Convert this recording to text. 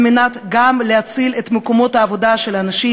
גם על מנת להציל את מקומות העבודה של האנשים